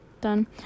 Done